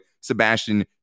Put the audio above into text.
Sebastian